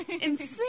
insane